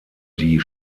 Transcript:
die